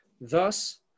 Thus